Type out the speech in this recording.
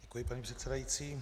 Děkuji, paní předsedající.